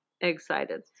excited